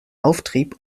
auftrieb